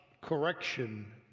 correction